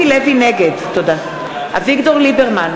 נגד אביגדור ליברמן,